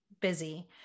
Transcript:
busy